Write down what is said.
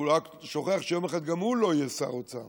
הוא רק שוכח שיום אחד גם הוא לא שר אוצר